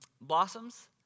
blossoms